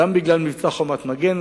גם בגלל מבצע "חומת מגן",